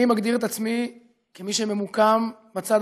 אני מגדיר את עצמי כמי שממוקם בצד